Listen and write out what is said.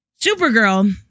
Supergirl